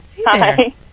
Hi